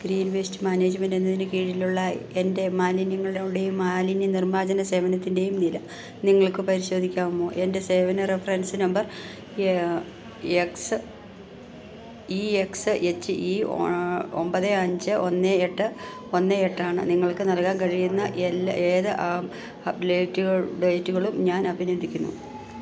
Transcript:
green waste management എന്നതിൻ്റെ കീഴിലുള്ള എൻ്റെ മാലിന്യങ്ങളുടെയും മാലിന്യനിർമ്മാർജ്ജന സേവനത്തിൻ്റെയും നില നിങ്ങൾക്ക് പരിശോധിക്കാമോ എൻ്റെ സേവന reference number X E X H E ഒമ്പത് അഞ്ച് ഒന്ന് എട്ട് ഒന്ന് എട്ടാണ് നിങ്ങൾക്ക് നൽകാൻ കഴിയുന്ന ഏത് അപ്ഡേറ്റുകളും ഞാൻ അഭിനന്ദിക്കുന്നു